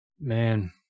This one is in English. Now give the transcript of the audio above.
Man